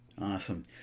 Awesome